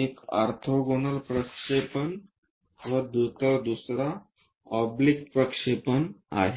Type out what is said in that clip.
एक ऑर्थोगोनल प्रक्षेपण आहे तर दुसरा ऑब्लिक प्रक्षेपण आहे